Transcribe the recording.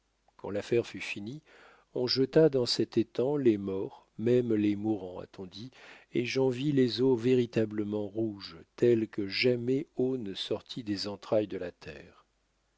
quand l'affaire fut finie on jeta dans cet étang les morts même les mourants a-t-on dit et j'en vis les eaux véritablement rouges telles que jamais eau ne sortit des entrailles de la terre